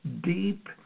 deep